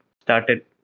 started